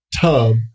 tub